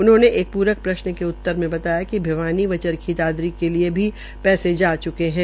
उन्होंने एक पूरक प्रश्न के उत्तर में बताया कि भिवानी व चरखी दादरी के लिये भी पैसे जा च्केहै